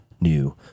new